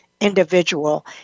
individual